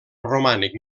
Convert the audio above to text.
romànic